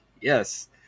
Yes